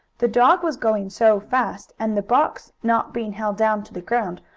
the dog was going so fast, and the box, not being held down to the ground,